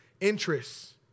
interests